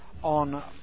on